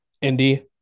Indy